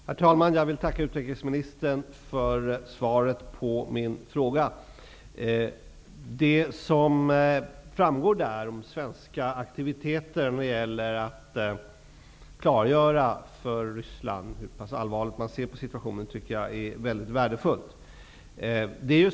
Herr talman! Jag vill tacka utrikesministern för svaret på min fråga. Det som i svaret framgår om svenska aktiviteter när det gäller att klargöra för Ryssland hur allvarligt man ser på situationen tycker jag är mycket värdefullt.